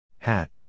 Hat